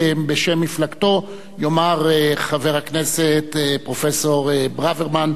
ובשם מפלגתו יאמר חבר הכנסת פרופסור ברוורמן,